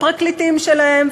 הפרקליטים שלהם,